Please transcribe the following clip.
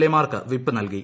A mark whip നൽകി